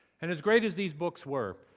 and as great as these books were,